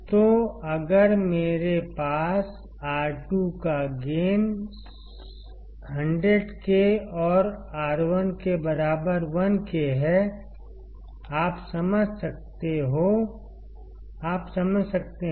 तो अगर मेरे पास R 2 का गेन 100K और R1 के बराबर 1K है आप समझ सकते हैं